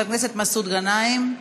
חבר הכנסת מסעוד גנאים,